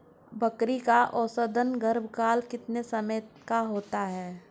बकरी का औसतन गर्भकाल कितने समय का होता है?